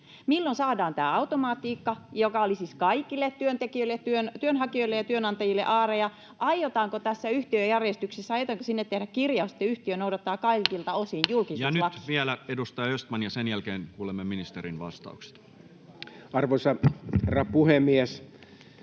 Milloin saadaan tämä automatiikka, joka olisi siis kaikille työnhakijoille ja työnantajille aarre? Ja aiotaanko tähän yhtiöjärjestykseen tehdä kirjaus, että yhtiö noudattaa kaikilta osin julkisuuslakia? Nyt vielä edustaja Östman, ja sen jälkeen kuulemme ministerin vastauksen. Arvoisa herra